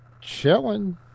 chilling